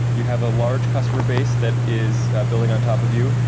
you have a large customer base that is billing on top of you,